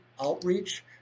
outreach